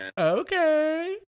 Okay